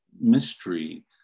mystery